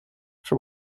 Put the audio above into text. for